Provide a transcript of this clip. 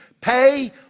pay